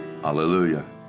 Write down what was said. Hallelujah